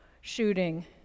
shooting